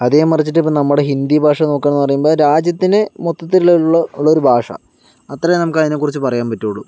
അതേ മറിച്ചിട്ട് നമ്മുടെ ഹിന്ദി ഭാഷ നോക്കാണെന്ന് പറയുമ്പോൾ രാജ്യത്തിന് മൊത്തത്തിലുള്ള ഒരു ഭാഷ അത്രേ നമുക്ക് അതിനെക്കുറിച്ച് പറയാൻ പറ്റുള്ളൂ